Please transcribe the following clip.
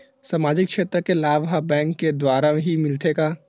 सामाजिक क्षेत्र के लाभ हा बैंक के द्वारा ही मिलथे का?